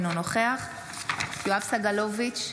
אינו נוכח יואב סגלוביץ'